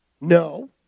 No